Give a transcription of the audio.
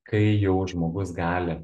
kai jau žmogus gali